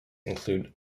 include